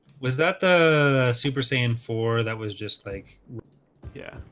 was that the super saiyan four that was just like yeah,